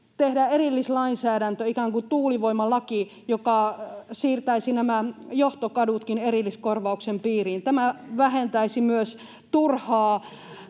tehdä erillislainsäädäntö, ikään kuin tuulivoimalaki, joka siirtäisi nämä johtokadutkin erilliskorvauksen piiriin? Tämä vähentäisi myös turhaa